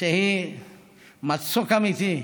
שהיא מצוק אמיתי,